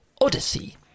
odyssey